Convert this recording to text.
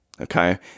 Okay